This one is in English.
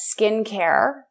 skincare